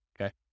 okay